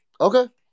Okay